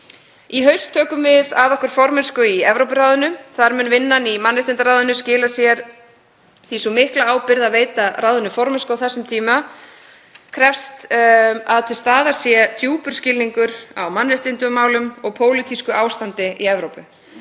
Í haust tökum við að okkur formennsku í Evrópuráðinu. Þar mun vinnan í mannréttindaráðinu skila sér því sú mikla ábyrgð að veita ráðinu formennsku á þessum tímum krefst þess að til staðar sé djúpur skilningur á mannréttindamálum og pólitísku ástandi í Evrópu.